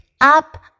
up